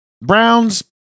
Browns